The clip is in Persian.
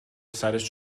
سرش